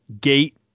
gate